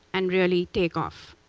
and really take off.